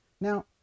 Now